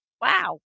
Wow